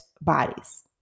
bodies